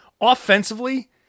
offensively